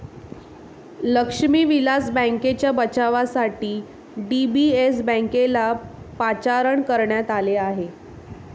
लक्ष्मी विलास बँकेच्या बचावासाठी डी.बी.एस बँकेला पाचारण करण्यात आले आहे